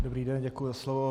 Dobrý den, děkuji za slovo.